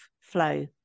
flow